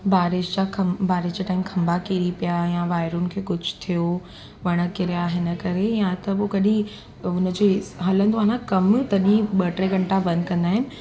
बारिश जा खंब बारिश जे टाइम खंभा किरी पया हुया वायरुनि खे कुझु थियो वणु किरिया हिन करे या त उहा कॾहिं अ हुन जे ईसि हलंदो आहे न कमु तॾहि ॿ टे घंटा बंदि कंदा आहिनि